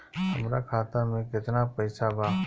हमरा खाता में केतना पइसा बा?